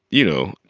you know,